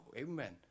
amen